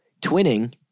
Twinning